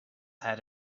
had